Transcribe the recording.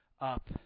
up